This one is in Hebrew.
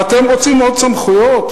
ואתם רוצים עוד סמכויות?